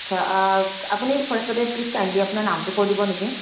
আচ্চা আ আপুনি ফাৰ্ষ্টতে প্লীজ কাইণ্ডলি আপোনাৰ নামটো কৈ দিব নেকি